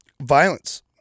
violence